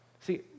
See